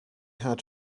had